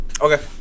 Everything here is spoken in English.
Okay